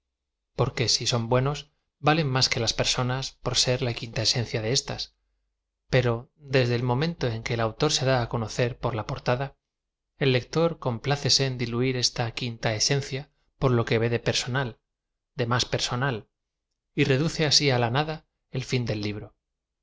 porque ai aon buenos valen más que las perso ñas por ser la quintaesencia de éstas pero desde el momento en que el autor se da conocer por la por tada el lector complácese en diluir esta quintaesen cia por lo que v e de persodal de más personal re duce asi á la nada el fin del libro